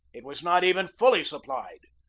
it was not even fully supplied,